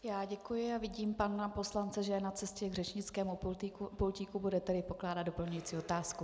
Já děkuji a vidím pana poslance, že je na cestě k řečnickému pultíku, bude tedy pokládat doplňující otázku.